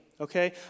okay